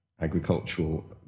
agricultural